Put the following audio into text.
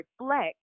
reflect